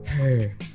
Hey